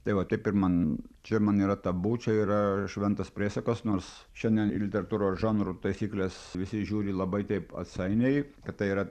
tai va taip ir man čia man yra tabu čia yra šventas priesakas nors šiandien literatūros žanrų taisykles visi žiūri labai taip atsainiai kad tai yra